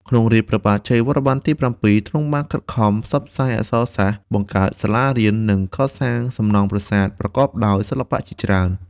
ក្នុងរាជ្យព្រះបាទជ័យវរ្ម័នទី៧ ទ្រង់បានខិតខំផ្សព្វផ្សាយអក្សរសាស្ត្រ បង្កើតសាលារៀន និងកសាងសំណង់ប្រាសាទប្រកបដោយសិល្បៈជាច្រើន។